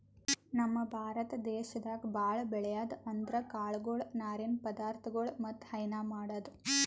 ನಮ್ ಭಾರತ ದೇಶದಾಗ್ ಭಾಳ್ ಬೆಳ್ಯಾದ್ ಅಂದ್ರ ಕಾಳ್ಗೊಳು ನಾರಿನ್ ಪದಾರ್ಥಗೊಳ್ ಮತ್ತ್ ಹೈನಾ ಮಾಡದು